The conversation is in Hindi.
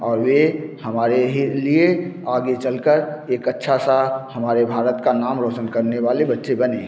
और वे हमारे ही लिए आगे चलकर एक अच्छा सा हमारे भारत का नाम रोशन करने वाले बच्चे बनें